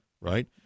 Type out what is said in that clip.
Right